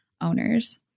owners